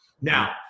now